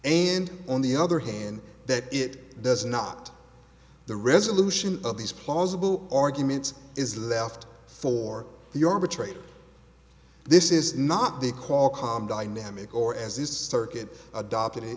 and on the other hand that it does not the resolution of these plausible arguments is left for the arbitrator this is not the qualcomm dynamic or as this circuit adopted